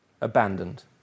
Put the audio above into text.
abandoned